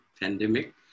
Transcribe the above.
pandemic